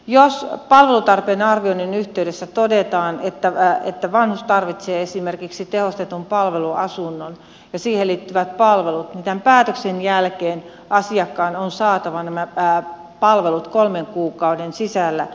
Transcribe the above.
jos palvelutarpeen arvioinnin yhteydessä todetaan että vanhus tarvitsee esimerkiksi tehostetun palveluasunnon ja siihen liittyvät palvelut niin tämän päätöksen jälkeen asiakkaan on saatava nämä palvelut kolmen kuukauden sisällä